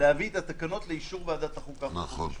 להביא את התקנות לאישור ועדת החוקה, חוק ומשפט.